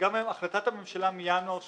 החלטת הממשלה מינואר 2018,